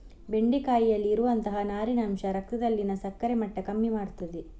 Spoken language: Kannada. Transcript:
ಬೆಂಡೆಕಾಯಿಯಲ್ಲಿ ಇರುವಂತಹ ನಾರಿನ ಅಂಶ ರಕ್ತದಲ್ಲಿನ ಸಕ್ಕರೆ ಮಟ್ಟ ಕಮ್ಮಿ ಮಾಡ್ತದೆ